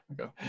Okay